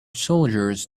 soldiers